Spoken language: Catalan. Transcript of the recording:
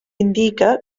indica